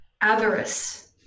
avarice